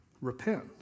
Repent